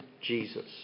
Jesus